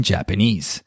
Japanese